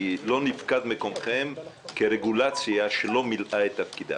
כי לא נפקד מקומכם כרגולציה שלא מילאה תפקידה.